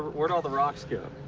where'd all the rocks go?